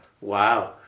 Wow